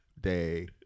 day